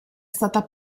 stata